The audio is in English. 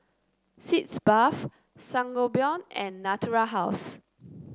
Sitz Bath Sangobion and Natura House